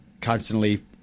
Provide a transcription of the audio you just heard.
constantly